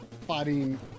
fighting